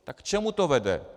Tak k čemu to vede?